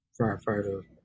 firefighter